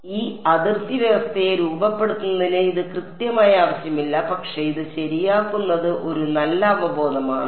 അതിനാൽ ഈ അതിർത്തി വ്യവസ്ഥയെ രൂപപ്പെടുത്തുന്നതിന് ഇത് കൃത്യമായി ആവശ്യമില്ല പക്ഷേ ഇത് ശരിയാക്കുന്നത് ഒരു നല്ല അവബോധമാണ്